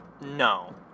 No